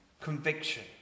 conviction